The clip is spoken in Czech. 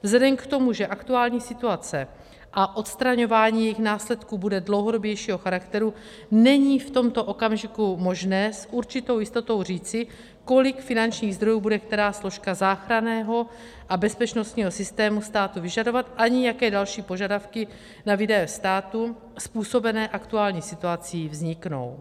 Vzhledem k tomu, že aktuální situace a odstraňování jejích následků bude dlouhodobějšího charakteru, není v tomto okamžiku možné s určitou jistotou říci, kolik finančních zdrojů bude která složka záchranného a bezpečnostního systému státu vyžadovat ani jaké další požadavky na výdaje státu způsobené aktuální situací vzniknou.